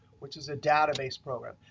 which is a database program.